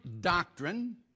doctrine